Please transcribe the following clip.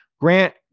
Grant